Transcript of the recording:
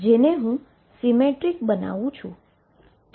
જેને હુ સીમેટ્રીક બનાવું છું